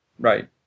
Right